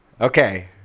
Okay